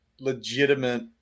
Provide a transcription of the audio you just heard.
legitimate